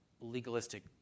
legalistic